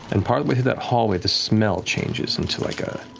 and partway through that hallway the smell changes into like a